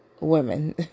women